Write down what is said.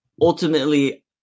ultimately